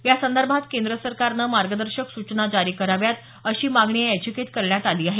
यासंदर्भात केंद्र सरकारनं मार्गदर्शक सूचना जारी कराव्यात अशी मागणी या याचिकेत करण्यात आली आहे